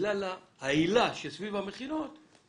בגלל ההילה סביב המכינות.